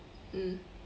mm